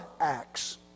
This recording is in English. acts